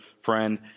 friend